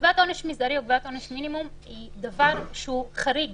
קביעת עונש מזערי או קביעת עונש מינימום היא דבר שהוא חריג